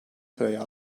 sırayı